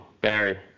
Barry